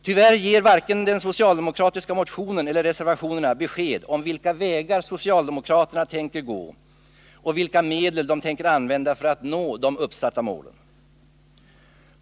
Tyvärr ger varken den socialdemokratiska motionen eller reservationerna besked om vilka vägar socialdemokraterna tänker gå och vilka medel de ämnar använda för att nå de uppsatta målen.